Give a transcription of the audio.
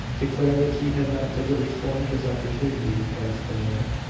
declare that he had not deliberately formed his opportunity out of thin air.